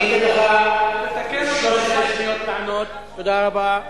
אני אתן לך 13 שניות לענות, תודה רבה.